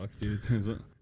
dude